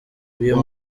uyu